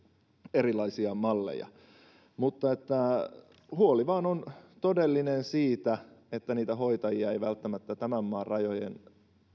erilaisia malleja mutta huoli vain on todellinen siitä että niitä hoitajia ei välttämättä tämän maan rajojen